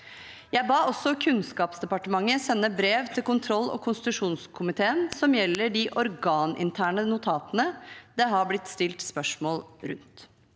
Jeg ba også Kunnskapsdepartementet sende brev til kontroll- og konstitusjonskomiteen om de organinterne notatene det har blitt stilt spørsmål rundt.